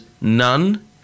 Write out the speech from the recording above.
none